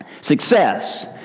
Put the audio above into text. success